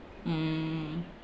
mm